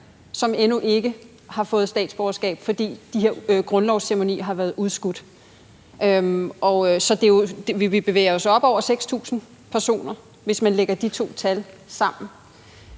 som endnu ikke har fået statsborgerskab, fordi de her grundlovsceremonier har været udskudt. Så vi bevæger os jo op over 6.000 personer, hvis man lægger de to tal sammen.